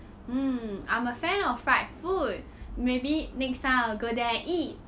mm I'm a fan of fried food maybe next time I will go there and eat